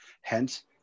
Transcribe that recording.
Hence